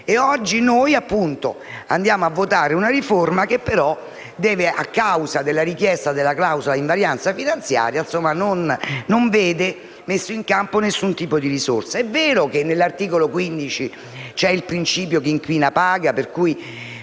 oggi noi andiamo a votare, per l'appunto, una riforma che, a causa della richiesta della clausola d'invarianza finanziaria, non vede messo in campo alcun tipo di risorse. È vero che all'articolo 15 è previsto il principio chi inquina paga, per cui